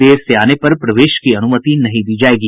देर से आने पर प्रवेश की अनुमति नहीं दी जायेगी